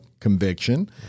conviction